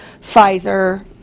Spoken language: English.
Pfizer